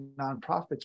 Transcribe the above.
nonprofits